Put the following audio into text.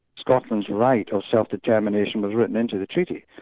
scotland's right of self-determination was written into the treaty.